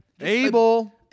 Abel